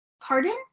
Pardon